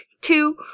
two